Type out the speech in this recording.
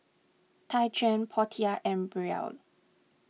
Tyquan Portia and Brielle